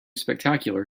spectacular